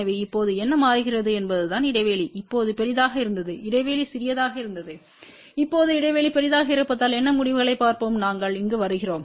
எனவே இப்போது என்ன மாறுகிறது என்பதுதான் இடைவெளி இப்போது பெரிதாக இருந்தது இடைவெளி சிறியதாக இருந்தது இப்போது இடைவெளி பெரிதாக இருப்பதால் என்ன முடிவுகளைப் பார்ப்போம் நாங்கள் இங்கு வருகிறோம்